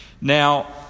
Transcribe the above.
Now